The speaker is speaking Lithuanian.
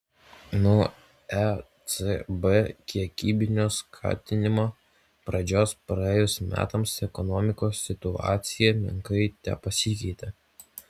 nuo ecb kiekybinio skatinimo pradžios praėjus metams ekonomikos situacija menkai tepasikeitė